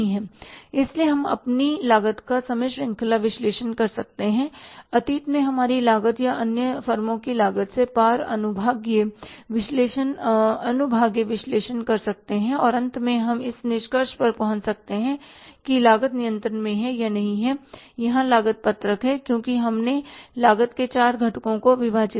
इसलिए हम अपनी लागत का समय श्रृंखला विश्लेषण कर सकते हैं अतीत में हमारी लागत या हम अन्य फर्मों की लागत से पार अनुभागीय विश्लेषण अनुभागीय विश्लेषण कर सकते हैं और अंत में हम इस निष्कर्ष पर पहुंच सकते हैं कि लागत नियंत्रण में है या नहीं और यहाँ लागत पत्रक है क्योंकि हमने लागत के चार घटकों को विभाजित किया हैं